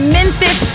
Memphis